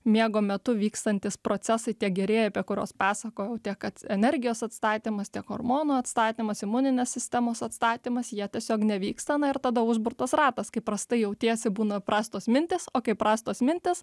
miego metu vykstantys procesai tie gerieji apie kuriuos pasakojau tiek kad energijos atstatymas tiek hormonų atstatymas imuninės sistemos atstatymas jie tiesiog nevyksta ir tada užburtas ratas kaip prastai jautiesi būna prastos mintys o kai prastos mintys